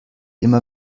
immer